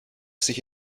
sich